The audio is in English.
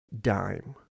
dime